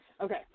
Okay